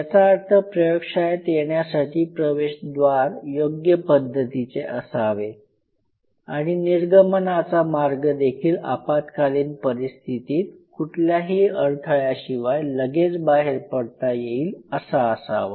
याचा अर्थ प्रयोगशाळेत येण्यासाठी प्रवेशद्वार योग्य पद्धतीचे असावे आणि निर्गमनाचा मार्ग देखील आपात्कालीन परिस्थितीत कुठल्याही अडथळ्याशिवाय लगेच बाहेर पडता येईल असा असावा